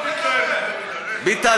ביטן,